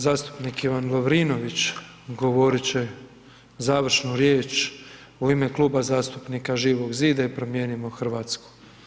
Zastupnik Ivan Lovrinović govorit će završnu riječ u ime Kluba zastupnika Živog zida i Promijenimo Hrvatsku.